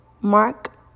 Mark